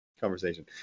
conversation